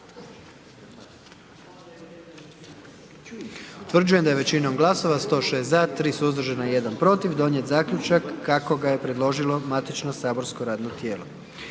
Utvrđujem da je većinom glasova 88 za, 10 glasova protiv donesen zaključak kako ga je predložio matični saborski odbor.